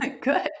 Good